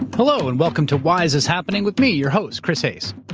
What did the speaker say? hello and welcome to why is this happening with me, your host, chris hayes.